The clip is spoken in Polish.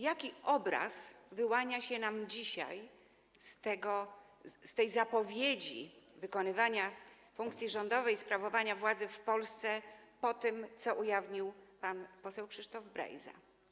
Jaki obraz wyłania się nam dzisiaj z tej zapowiedzi wykonywania funkcji rządowej i sprawowania władzy w Polsce po tym, co ujawnił pan poseł Krzysztof Brejza?